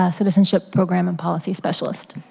ah citizenship program and policy specialist.